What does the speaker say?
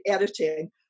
editing